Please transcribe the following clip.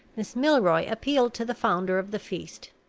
miss milroy appealed to the founder of the feast.